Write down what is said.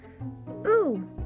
Boo